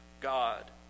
God